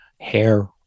hair